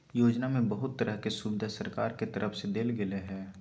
योजना में बहुत तरह के सुविधा सरकार के तरफ से देल गेल हइ